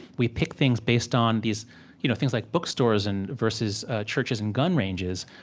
we pick things based on these you know things like bookstores and versus churches and gun ranges,